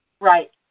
Right